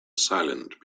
silent